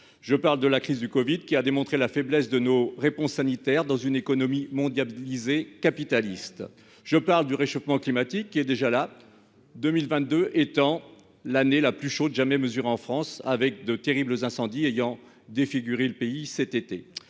Je parle de la crise du covid-19, qui a démontré la faiblesse de nos réponses sanitaires dans une économie mondialisée capitaliste. Je parle du réchauffement climatique, qui est déjà là, 2022 étant l'année la plus chaude jamais mesurée en France et de terribles incendies ayant défiguré le pays cet été.